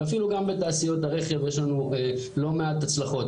ואפילו גם בתעשיות הרכב יש לנו לא מעט הצלחות.